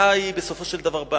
והפגיעה היא בסופו של דבר בנו.